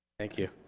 thank you.